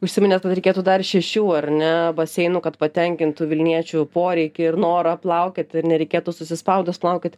užsiminėt kad reikėtų dar šešių ar ne baseinų kad patenkintų vilniečių poreikį ir norą plaukioti ir nereikėtų susispaudus plaukiot